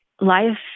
life